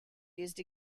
used